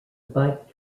bike